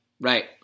right